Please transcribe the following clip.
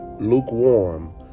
lukewarm